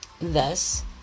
Thus